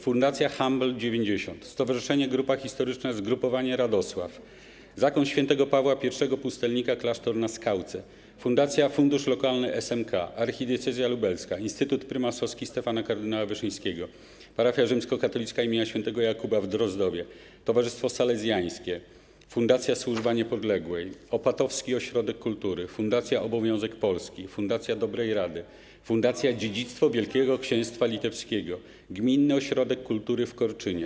Fundacja Humble 90, Stowarzyszenie Grupa Historyczna „Zgrupowanie Radosław”, Zakon Świętego Pawła Pierwszego Pustelnika Klasztor Na Skałce, Fundacja Fundusz Lokalny SMK, Archidiecezja Lubelska, Instytut Prymasowski Stefana Kardynała Wyszyńskiego, Parafia Rzymskokatolicka pw. św. Jakuba Ap. w Drozdowie, Towarzystwo Salezjańskie, Fundacja Służba Niepodległej, Opatowski Ośrodek Kultury, Fundacja Obowiązek Polski, Fundacja Dobrej Rady, Fundacja Dziedzictwo Wielkiego Xięstwa Litewskiego, Gminny Ośrodek Kultury w Korczynie.